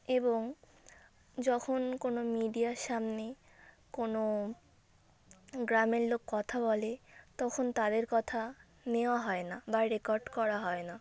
এবং যখন কোনো মিডিয়ার সামনে কোনো গ্রামের লোক কথা বলে তখন তাদের কথা নেওয়া হয় না বা রেকর্ড করা হয় না